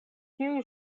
tiuj